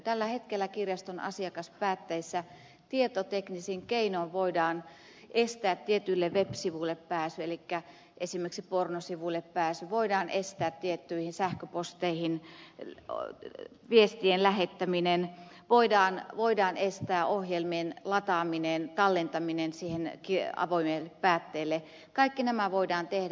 tällä hetkellä kirjaston asiakaspäätteissä tietoteknisin keinoin voidaan estää tietyille web sivuille pääsy elikkä esimerkiksi pornosivuille pääsy voidaan estää ja viestien lähettäminen tiettyihin sähköposteihin voidaan estää ohjelmien lataaminen tallentaminen sille avoi melle päätteelle kaikki nämä voidaan tehdä